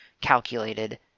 calculated